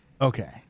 Okay